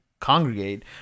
congregate